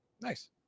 Nice